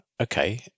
okay